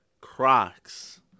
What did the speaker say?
crocs